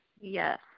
yes